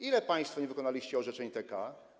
Ilu państwo nie wykonaliście orzeczeń TK?